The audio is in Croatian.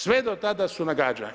Sve do tada su nagađanja.